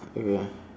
okay